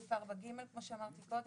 וכמו שאמרתי קודם,